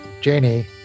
Janie